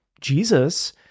Jesus